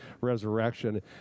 resurrection